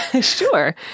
Sure